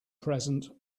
present